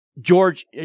George